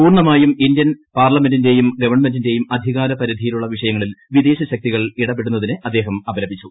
പൂർണമായും ഇന്ത്യൻ പാർലമെന്റിന്റെയും ഗവൺമെന്റിന്റെയും അധികാര പരിധിയിലുള്ള വിഷയങ്ങളിൽ വിദേശ ശക്തികൾ ഇടപെടുന്നതിനെ അദ്ദേഹം അപലപിച്ചു